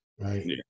right